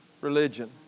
religion